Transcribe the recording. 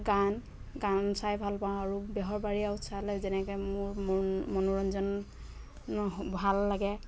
গান গান চাই ভালপাওঁ আৰু বেহৰবাৰী আউট চালে যেনেকৈ মোৰ মন মনোৰঞ্জনৰ ভাল লাগে